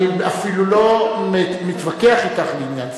אני אפילו לא מתווכח אתך בעניין זה.